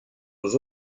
aux